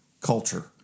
Culture